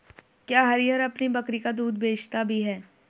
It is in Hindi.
क्या हरिहर अपनी बकरी का दूध बेचता भी है?